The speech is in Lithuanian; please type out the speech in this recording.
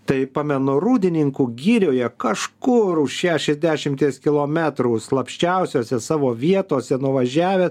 tai pamenu rūdininkų girioje kažkur už šešiasdešimties kilometrų slapčiausiose savo vietose nuvažiavę